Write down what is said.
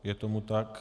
Je tomu tak.